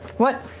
what?